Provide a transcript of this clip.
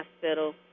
hospital